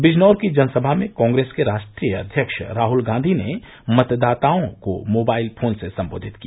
बिजनौर की जनसभा में कॉग्रेस के राष्ट्रीय अध्यक्ष राहुल गांधी ने मतदातओं को मोबाइल फोन से सम्बोधित किया